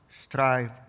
strive